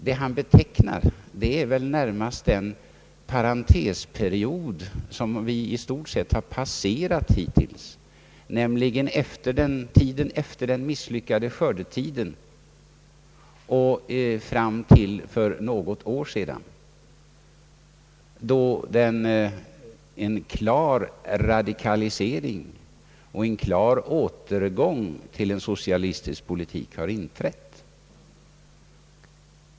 Vad han betecknar är väl närmast en parentesperiod, som i stort sett har passerat, nämligen tiden efter den misslyckade skördetiden och fram till för något år sedan, då en klar radikalisering och en klar återgång till en socialistisk politik inträdde.